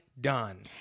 Done